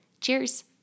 Cheers